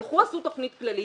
הלכו ועשו תכנית כללית,